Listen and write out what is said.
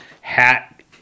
hat